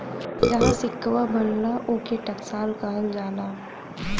जहाँ सिक्कवा बनला, ओके टकसाल कहल जाला